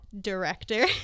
director